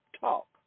talk